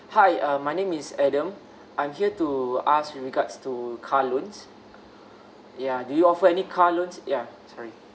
hi uh my name is adam I'm here to ask with regards to car loans yeah do you offer any car loans ya sorry